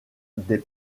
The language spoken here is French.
des